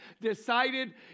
Decided